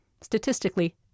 Statistically